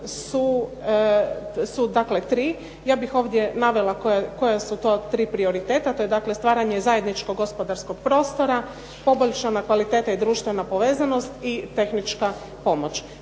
su tri, ja bih navela ovdje koja su to tri prioriteta. To je stvaranje zajedničkog gospodarskog prostora, poboljšana kvaliteta i društvena povezanost i tehnička pomoć.